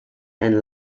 and